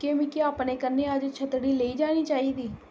क्या मिगी अपने कन्नै अज्ज छत्तड़ी लेई जानी चाहिदी